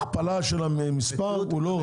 ההכפלה של המספר היא לא ראויה.